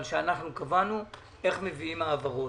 שאנחנו קבענו על איך מביאים העברות.